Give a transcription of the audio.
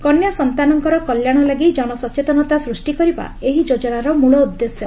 କନ୍ୟା ସନ୍ତାନଙ୍କର କଲ୍ୟାଣ ଲାଗି ଜନସଚେତନତା ସୃଷ୍ଟି କରିବା ଏହି ଯୋଜନାର ମୂଳ ଉଦ୍ଦେଶ୍ୟ